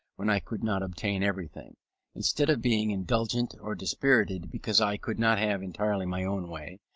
when i could not obtain everything instead of being indignant or dispirited because i could not have entirely my own way,